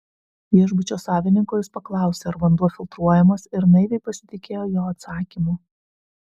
viešbučio savininko jis paklausė ar vanduo filtruojamas ir naiviai pasitikėjo jo atsakymu